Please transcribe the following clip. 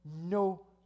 No